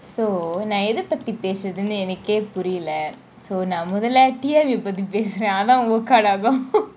so நான் ஏத்த பத்தி பேசுறதுனு என்னகெய் புரிய :naan eatha pathi peasurathunu ennakey purila so நான் முதல தீர பத்தி பேசுறான் அது தான் :naan muthala teera pathi peasuran athu thaan work out ஆகும் :aagum